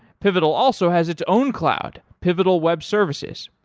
pivotal also has its own cloud, pivotal web services,